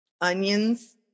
onions